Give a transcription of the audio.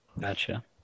Gotcha